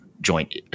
joint